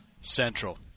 Central